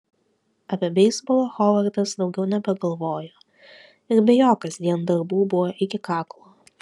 apie beisbolą hovardas daugiau nebegalvojo ir be jo kasdien darbų buvo iki kaklo